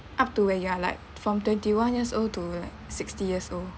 up to where you are like from twenty one years old to like sixty years old